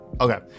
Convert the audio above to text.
okay